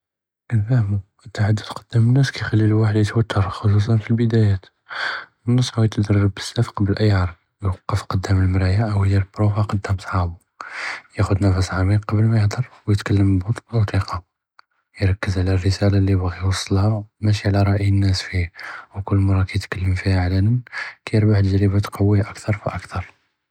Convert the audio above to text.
אלתכד'ת קדאם אלנאס קיכלי אלוואחד יתוותר, חשוסן פלבדאيات ננסחיו ידרב בזאף לפני איי ערד, יוקוף קדאם אלמראה ולא ידיר ברופה קדאם חברו, יאה'ד נפס קביר לפני מהידר ויתכד'ם בכל תסקה, יركז על אלרסאלה לי באגי יואסלה מאשי על רעי אלנאס وكل מרה קיתכד'ם פיהה עלנאן קירבח תג'רבה תקווי אכתר פאכתר.